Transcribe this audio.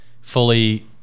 fully